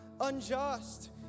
unjust